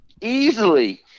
easily